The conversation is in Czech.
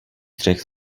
střech